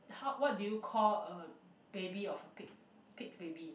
how what do you call a baby of a pig pig's baby